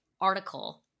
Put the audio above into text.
article